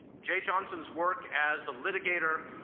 jeh johnson's work as a litigator,